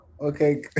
Okay